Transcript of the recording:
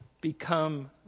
become